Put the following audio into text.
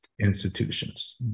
Institutions